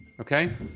okay